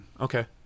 Okay